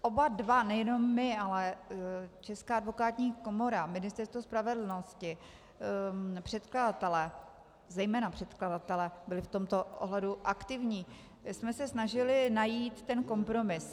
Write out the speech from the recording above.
Oba dva, nejenom my, ale Česká advokátní komora, Ministerstvo spravedlnosti, předkladatelé zejména předkladatelé byli v tomto ohledu aktivní jsme se snažili najít kompromis.